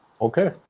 Okay